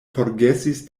forgesis